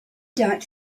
doubt